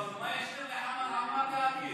אבל מה יש לחמד עמאר להגיד?